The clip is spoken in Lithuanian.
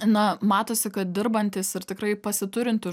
na matosi kad dirbantys ir tikrai pasiturintys